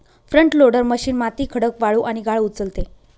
front loader machine माती, खडक, वाळू आणि गाळ उचलते